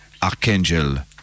Archangel